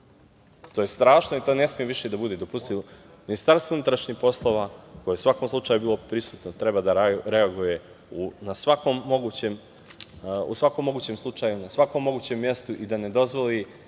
To je strašno i to ne sme više da bude dopustivo. Ministarstvo unutrašnjih poslova, koje je u svakom slučaju bilo prisutno, treba da reaguje u svakom mogućem slučaju, na svakom mogućem mestu i da ne dozvoli